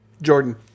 Jordan